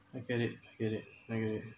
I get it I get I get it